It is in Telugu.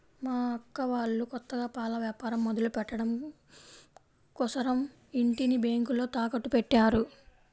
మా అక్క వాళ్ళు కొత్తగా పాల వ్యాపారం మొదలుపెట్టడం కోసరం ఇంటిని బ్యేంకులో తాకట్టుపెట్టారు